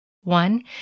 One